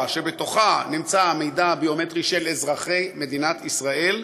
שבתוכה נמצא המידע הביומטרי של אזרחי מדינת ישראל,